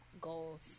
Goals